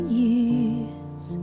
years